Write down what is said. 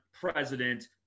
president